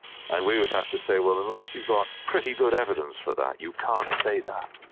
and we would have to say, well, unless you've got pretty good evidence for that you can't say that.